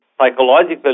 psychologically